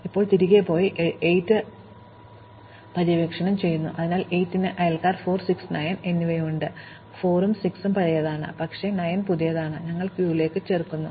ഇപ്പോൾ ഞങ്ങൾ തിരികെ പോയി 8 പര്യവേക്ഷണം ചെയ്യുന്നു അതിനാൽ 8 ന് അയൽക്കാർ 4 6 9 എന്നിവയുണ്ട് 4 ഉം 6 ഉം പഴയതാണ് പക്ഷേ 9 പുതിയതാണ് ഞങ്ങൾ ക്യൂവിലേക്ക് 9 ചേർക്കുന്നു